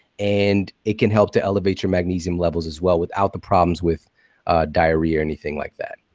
and it can help to elevate your magnesium levels as well without the problems with diarrhea or anything like that.